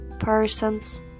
persons